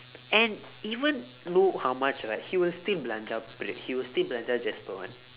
and even though how much right he will still belanja praem he will still belanja jasper [one]